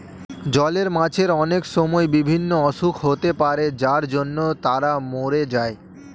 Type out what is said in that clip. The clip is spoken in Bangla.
জলের মাছের অনেক সময় বিভিন্ন অসুখ হতে পারে যার জন্য তারা মোরে যায়